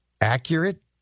accurate